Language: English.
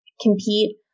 compete